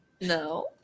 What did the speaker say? no